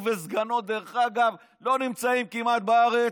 הוא וסגנו כמעט ולא נמצאים בארץ,